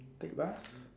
take bus